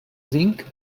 zinc